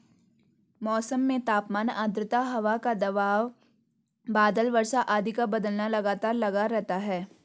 मौसम में तापमान आद्रता हवा का दबाव बादल वर्षा आदि का बदलना लगातार लगा रहता है